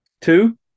Two